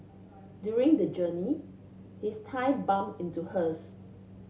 during the journey his thigh bump into hers